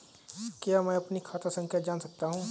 क्या मैं अपनी खाता संख्या जान सकता हूँ?